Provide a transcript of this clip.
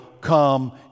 come